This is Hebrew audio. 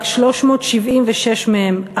רק 376 מהם,